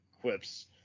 quips